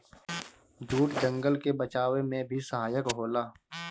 jute जंगल के बचावे में भी सहायक होला